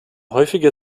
häufiger